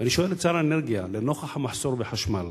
ואני שואל את שר האנרגיה, לנוכח המחסור בחשמל,